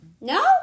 No